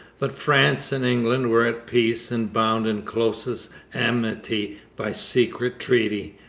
but france and england were at peace and bound in closest amity by secret treaty,